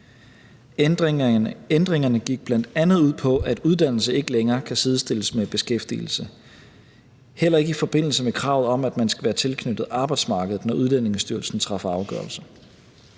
Ændringerne gik bl.a. ud på, at uddannelse ikke længere kan sidestilles med beskæftigelse, heller ikke i forbindelse med kravet om, at man skal være tilknyttet arbejdsmarkedet, når Udlændingestyrelsen træffer afgørelse.